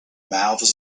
mouths